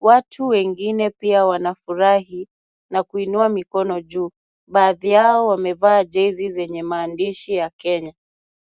Watu wengine pia wanafurahi na kuinua mikono juu. Baadhi yao wamevaa jezi zenye maandishi ya Kenya.